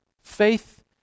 Faith